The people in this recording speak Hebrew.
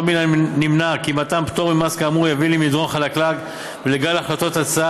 לא מן הנמנע כי מתן פטור ממס כאמור יביא למדרון חלקלק ולגל הצעות החלטה